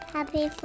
Happy